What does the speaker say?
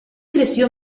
creció